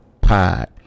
Pod